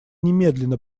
немедленно